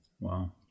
Wow